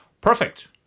Perfect